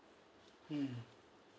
mm